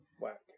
Whack